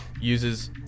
uses